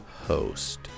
host